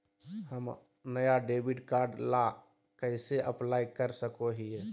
हम नया debit card ला कइसे अप्लाई कर सको हियै?